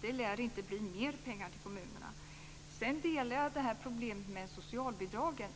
Det lär alltså inte bli mer pengar till kommunerna. Jag delar uppfattning när det gäller problemet med socialbidragen.